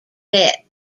debt